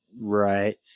Right